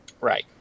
Right